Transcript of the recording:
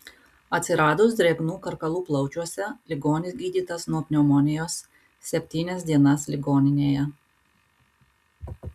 atsiradus drėgnų karkalų plaučiuose ligonis gydytas nuo pneumonijos septynias dienas ligoninėje